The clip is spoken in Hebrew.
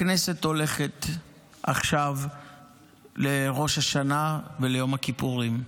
הכנסת הולכת עכשיו לראש השנה וליום הכיפורים.